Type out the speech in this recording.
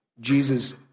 Jesus